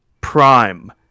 Prime